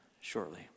shortly